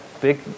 big